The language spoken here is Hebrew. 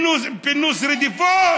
פינוק רדיפות.